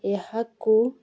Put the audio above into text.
ଏହାକୁ